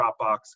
Dropbox